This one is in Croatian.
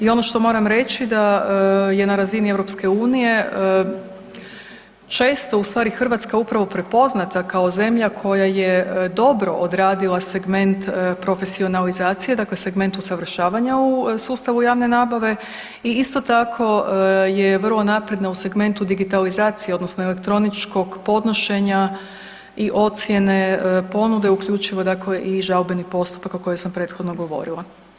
I ono što moram reći da je na razini EU često ustvari Hrvatska upravo prepoznata kao zemlja koja je dobro odradila segment profesionalizacije, dakle segment usavršavanja u sustavu javne nabave i isto tako je vrlo napredna u segmentu digitalizacije odnosno elektroničkog podnošenja i ocjene ponude, uključivo i žalbenih postupaka koji sam prethodno govorila.